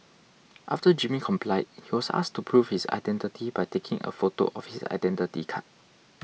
after Jimmy complied he was asked to prove his identity by taking a photo of his Identity Card